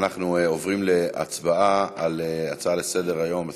אנחנו עוברים להצבעה על הצעה לסדר-היום בנושא: